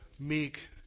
meek